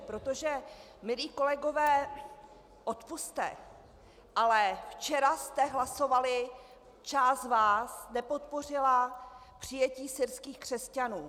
Protože, milí kolegové, odpusťte, ale včera jste hlasovali, část z vás nepodpořila přijetí syrských křesťanů.